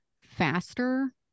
faster